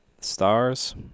Stars